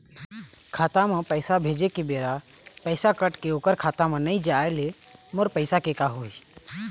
खाता म पैसा भेजे के बेरा पैसा कट के ओकर खाता म नई जाय ले मोर पैसा के का होही?